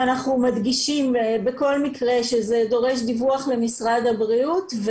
ואנחנו מדגישים בכל מקרה שזה דורש דיווח למשרד הבריאות,